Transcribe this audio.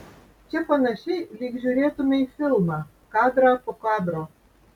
čia panašiai lyg žiūrėtumei filmą kadrą po kadro